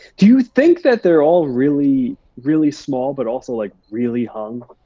do you think that they're all really, really small, but also, like, really hung?